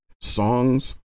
songs